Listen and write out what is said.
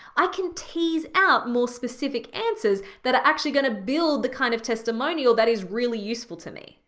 i can tease out more specific answers that are actually gonna build the kind of testimonial that is really useful to me.